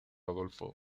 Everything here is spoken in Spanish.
adolfo